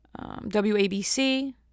WABC